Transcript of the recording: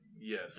Yes